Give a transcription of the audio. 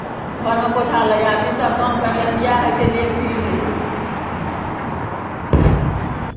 घरमे पोछा लगायब इसभ काम करलासँ इएह होइ छै देह फ्री रहै छै